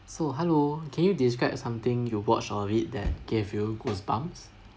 so hello can you describe something you watch or read that gave you goosebumps